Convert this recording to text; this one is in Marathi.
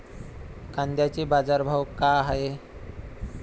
कांद्याचे बाजार भाव का हाये?